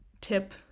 tip